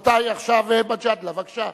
רבותי, עכשיו, חבר הכנסת מג'אדלה, בבקשה.